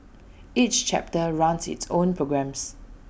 each chapter runs its own programmes